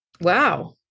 Wow